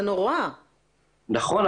נכון,